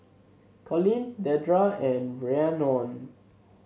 Colin Dedra and Rhiannon